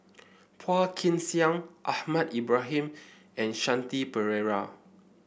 Phua Kin Siang Ahmad Ibrahim and Shanti Pereira